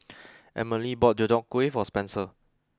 Amelie bought Deodeok Gui for Spencer